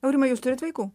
aurimai jūs turit vaikų